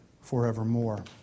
forevermore